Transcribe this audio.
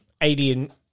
Alien